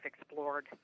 explored